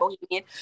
Bohemian